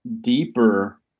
deeper